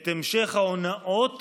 את המשך ההונאות